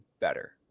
better